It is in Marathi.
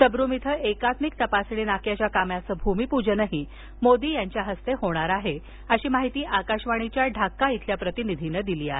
सबरूम इथं एकात्मिक तपासणी नाक्याच्या कामाचं भूमिपूजनही मोदी यांच्या हस्ते होणार आहे अशी माहिती आकाशवाणीच्या ढाका इथल्या प्रतिनिधीन दिली आहे